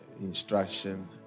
instruction